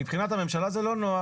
מבחינת הממשלה זה לא נוח,